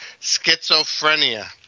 Schizophrenia